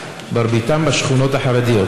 מרביתם בשכונות החרדיות.